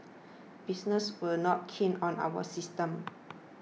businesses were not keen on our systems